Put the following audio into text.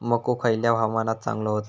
मको खयल्या हवामानात चांगलो होता?